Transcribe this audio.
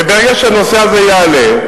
וברגע שהנושא הזה יעלה,